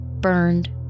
burned